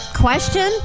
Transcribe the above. question